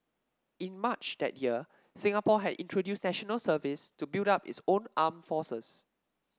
in March that year Singapore had introduced National Service to build up its own armed forces